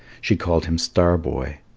she called him star-boy.